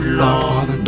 long